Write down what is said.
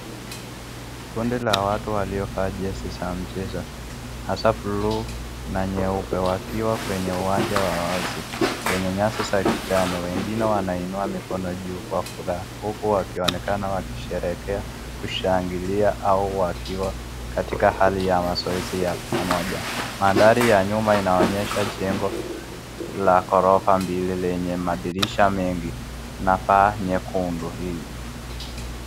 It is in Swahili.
Kundi la watu waliovaa jezi za mchezo, hasa buluu na nyeupe wakiwa kwenye uwanja wa wazi wenye nyasi za kijani. Wengine wanainua mikono juu kwa furaha huku wakionekana wakisherehekea, kushangilia au wakiwa katika hali ya mazoezi ya pamoja. Mandhari ya nyuma inaonyesha jengo la ghorofa mbili lenye madirisha mengi na paa nyekundu.